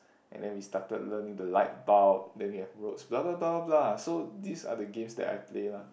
and then we stared learning the light bulbs then we have roads blablablabla so these are the games that I play lah